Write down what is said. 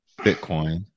Bitcoin